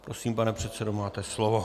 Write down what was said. Prosím, pane předsedo, máte slovo.